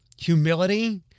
humility